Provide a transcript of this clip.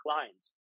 clients